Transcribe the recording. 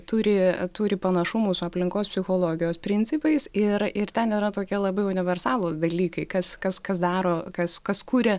turi turi panašumų su aplinkos psichologijos principais ir ir ten yra tokie labai universalūs dalykai kas kas kas daro kas kas kuria